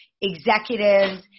executives